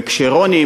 וכשרוני,